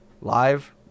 live